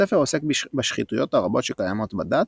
הספר עוסק בשחיתויות הרבות שקיימות בדת